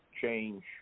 change